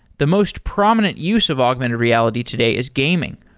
the most prominent use of augmented reality today is gaming.